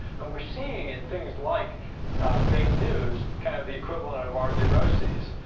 and we're seeing in things like fake news kind of the equivalent of our neuroses,